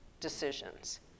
decisions